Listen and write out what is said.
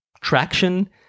traction